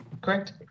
correct